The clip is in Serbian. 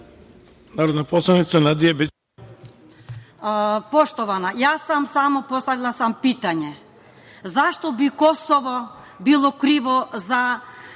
narodna poslanica Nadije Bećiri.